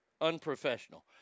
unprofessional